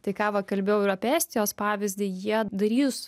tai ką va kalbėjau ir apie estijos pavyzdį jie darys